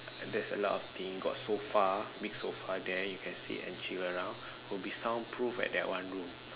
there's a lot of thing got sofa big sofa there you can sit and chill around will be soundproof at that one room